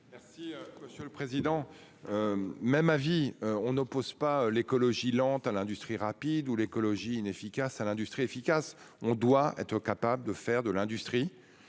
Si monsieur le président. Même avis. On n'oppose pas l'écologie lente à l'industrie rapide ou l'écologie inefficace à l'industrie efficace on doit être capable de faire de l'industrie.